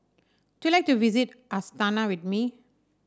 do you like to visit Astana with me